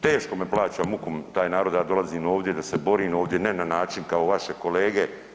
Teško me plaća mukom taj narod da ja dolazim ovdje da se borim ovdje ne na način kao vaše kolege.